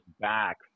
back